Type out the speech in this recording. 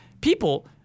people